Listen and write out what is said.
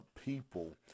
people